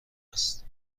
است